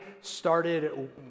started